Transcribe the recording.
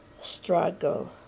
struggle